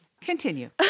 continue